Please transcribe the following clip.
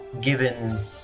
given